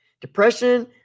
Depression